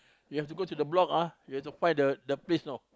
you have to go to the block ah you have to find the the place know